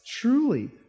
truly